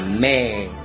Amen